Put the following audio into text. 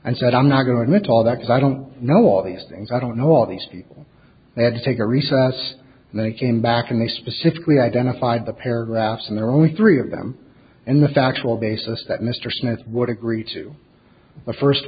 and said i'm not going into all that because i don't know all these things i don't know all these people they had to take a recess and they came back and they specifically identified the paragraphs and there are only three of them in the factual basis that mr smith would agree to the first